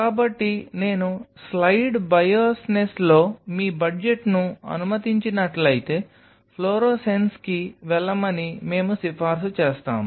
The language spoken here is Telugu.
కాబట్టి నేను స్లయిడ్ బయాస్నెస్లో మీ బడ్జెట్ను అనుమతించినట్లయితే ఫ్లోరోసెన్స్కి వెళ్లమని మేము సిఫార్సు చేస్తాము